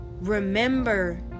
Remember